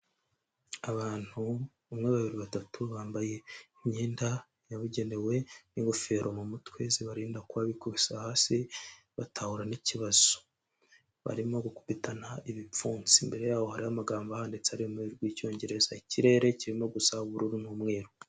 Abantu bamwe babiri batatu, bambaye imyenda yabugenewe n'ingofero mu mutwe zibarinda kuba bikubise hasi, batahura n'ikibazo. Barimo gukubitana ibipfunsi, mbere yaho hariho amagambo ahanditse ari mu rurimi rw'icyongereza, ikirere kirimo gusa ubururu n'umweruru.